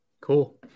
Cool